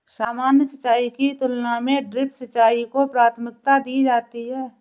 सामान्य सिंचाई की तुलना में ड्रिप सिंचाई को प्राथमिकता दी जाती है